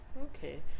okay